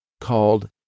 called